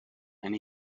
and